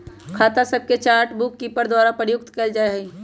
खता सभके chart bookkeeper द्वारा प्रयुक्त कएल जाइ छइ